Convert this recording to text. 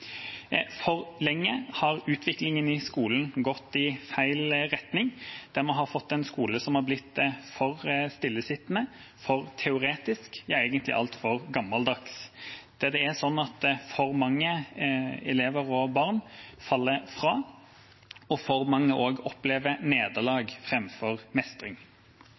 har utviklingen i skolen gått i feil retning. Vi har fått en skole som har blitt for stillesittende, for teoretisk, ja egentlig altfor gammeldags, der for mange elever og barn faller fra og for mange også opplever nederlag framfor mestring.